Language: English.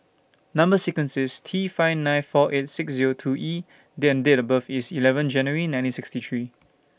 Number sequence IS T five nine four eight six Zero two E and Date of birth IS eleven January nineteen sixty three